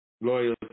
loyal